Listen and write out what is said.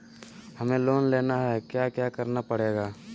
हमें लोन लेना है क्या क्या करना पड़ेगा?